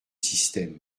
système